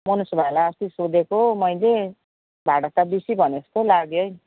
मनोज भाइलाई अस्ति सोधेको मैले भाडा त बेसी भनेको जस्तो लाग्यो है